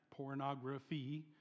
Pornography